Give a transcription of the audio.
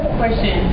question